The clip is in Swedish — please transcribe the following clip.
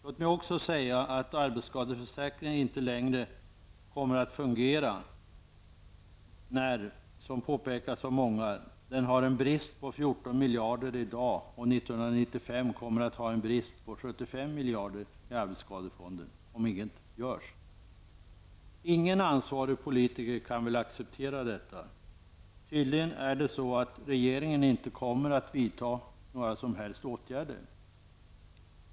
Låt mig också säga att arbetsskadeförsäkringen inte längre kommer att fungera när den som påpekats av många, i dag har en brist på 14 miljarder och 1995 kommer att ha en brist på 75 miljarder i arbetsskadefonden, om inget görs. Ingen ansvarig politiker kan väl acceptera detta. Tydligen är det så att regeringen inte kommer att vidta några som helst åtgärder.